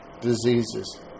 diseases